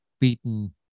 beaten